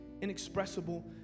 inexpressible